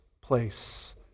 place